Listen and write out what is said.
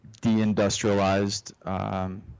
deindustrialized